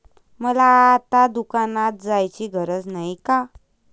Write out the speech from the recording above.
मला आता दुकानात जायची गरज नाही का?